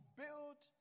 build